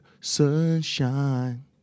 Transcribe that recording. sunshine